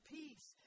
peace